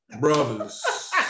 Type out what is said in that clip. brothers